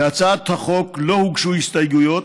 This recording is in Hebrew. להצעת החוק לא הוגשו הסתייגויות,